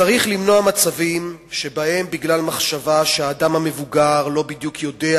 צריך למנוע מצבים שבהם בגלל מחשבה שהאדם המבוגר לא בדיוק יודע